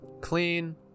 clean